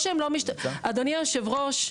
אדוני היושב ראש,